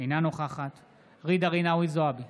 אינה נוכחת ג'ידא רינאוי זועבי,